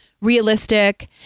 realistic